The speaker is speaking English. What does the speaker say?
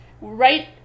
right